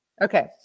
Okay